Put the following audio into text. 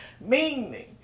meaning